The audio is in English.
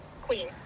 Queen